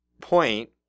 point